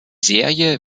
serie